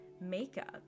makeup